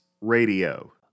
Radio